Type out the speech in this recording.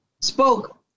spoke